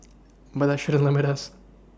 but that shouldn't limit us